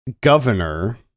governor